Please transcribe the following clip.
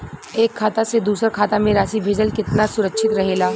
एक खाता से दूसर खाता में राशि भेजल केतना सुरक्षित रहेला?